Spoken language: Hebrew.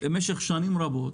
במשך שנים רבות,